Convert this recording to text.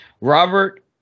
Robert